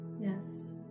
Yes